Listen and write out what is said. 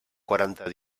quaranta